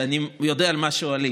שאני יודע על מה שואלים.